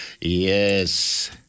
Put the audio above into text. Yes